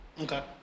Okay